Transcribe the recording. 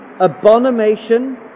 abomination